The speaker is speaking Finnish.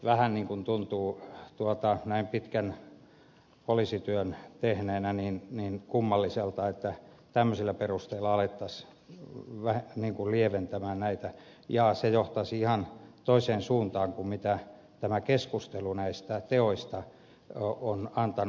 vähän tuntuu näin pitkän poliisityön tehneenä kummalliselta että tämä sillä perusteella oli taas tämmöisillä perusteilla alettaisiin lieventämään näitä ja se johtaisi ihan toiseen suuntaan kuin mitä tämä keskustelu näistä teoista on antanut aihetta